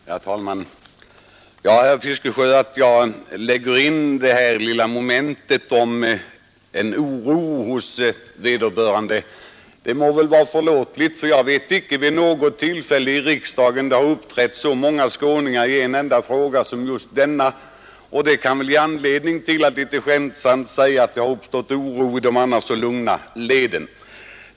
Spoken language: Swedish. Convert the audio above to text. Herr talman! Det må väl vara förlåtligt, herr Fiskesjö, att jag lägger in den lilla passusen om en oro hos vederbörande ledamöter. Jag känner nämligen inte till att det vid något enda tillfälle i riksdagen har uppträtt så många skåningar i en enda fråga som i just denna. Det kan väl ge anledning till ett litet skämtsamt konstaterande att det har uppstått oro i de annars så lugna leden.